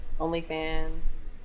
OnlyFans